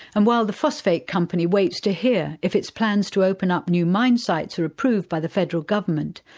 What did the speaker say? and while the phosphate company waits to hear if its plans to open up new mine sites are approved by the federal government,